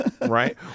Right